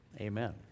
Amen